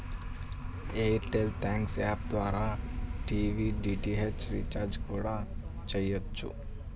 air tell thanks app ద్వారా TV DTH recharge కూడా చెయ్యొచ్చు